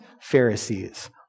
Pharisee's